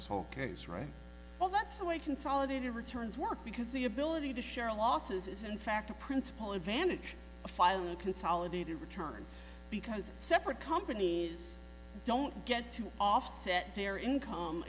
this whole case right well that's the way consolidated returns work because the ability to share losses is in fact a principal advantage of filing a consolidated return because separate companies don't get to offset their income